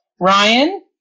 Ryan